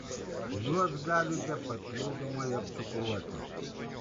juos galite papildomai apcukruoti